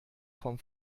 vom